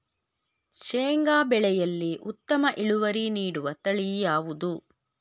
ಶೇಂಗಾ ಬೆಳೆಯಲ್ಲಿ ಉತ್ತಮ ಇಳುವರಿ ನೀಡುವ ತಳಿ ಯಾವುದು?